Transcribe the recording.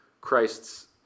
Christ's